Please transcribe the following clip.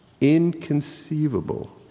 Inconceivable